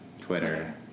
Twitter